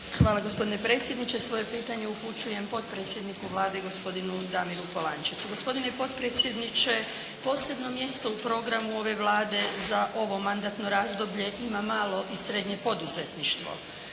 Hvala gospodine predsjedniče. Svoje pitanje upućujem potpredsjedniku Vlade gospodinu Damiru Polančecu. Gospodine potpredsjedniče posebno mjesto u programu ove Vlade za ovo mandatno razdoblje ima malo i srednje poduzetništvo.